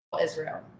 Israel